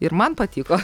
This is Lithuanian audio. ir man patiko